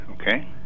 okay